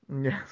Yes